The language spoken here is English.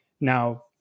Now